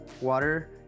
water